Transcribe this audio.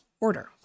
order